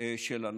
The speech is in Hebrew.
של הנושא.